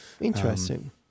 Interesting